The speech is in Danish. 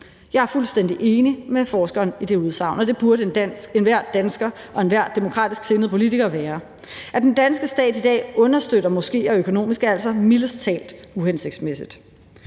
Jeg er fuldstændig enig med forskeren i det udsagn, og det burde enhver dansker og enhver demokratisk sindet politiker være. At den danske stat i dag understøtter moskéer økonomisk, er altså mildest talt uhensigtsmæssigt.